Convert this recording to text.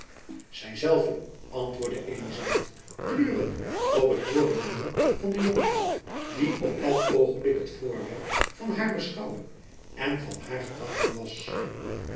zy zelve antwoordde elizabeth kleurende op het hooren noemen van de jonkvrouw die op dat oogenblik het voorwerp van haar beschouwing en van haar gedachten was